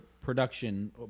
production